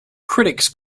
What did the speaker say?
critics